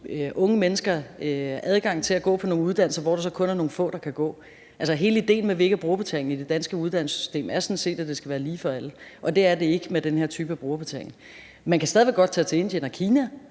unge mennesker adgang til at gå på nogle uddannelser, hvor der så kun er nogle få, der kan gå. Altså, hele ideen med, at vi ikke har brugerbetaling i det danske uddannelsessystem, er sådan set, at det skal være lige for alle, og det er det ikke med den her type af brugerbetaling. Man kan stadig væk godt tage til Indien og Kina,